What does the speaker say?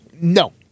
No